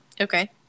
Okay